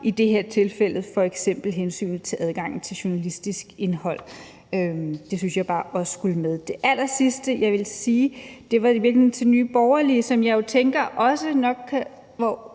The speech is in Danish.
i det her tilfælde f.eks. hensynet til adgangen til journalistisk indhold. Det synes jeg bare også skulle med. Det allersidste, jeg vil sige, var i virkeligheden til Nye Borgerlige, hvis ordfører vist også